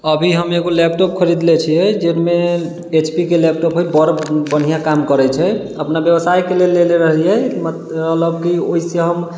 अभी हम एकगो लैपटॉप खरीदले छियै जाहिमे एच पी के लैपटॉप है बड़ बढ़िआँ काम करै छै अपना व्यवसायके लेल लेले रहलियै मतलब कि ओहिसँ हम